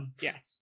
Yes